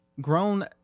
grown